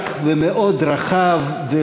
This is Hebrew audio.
מוצק ומאוד רחב,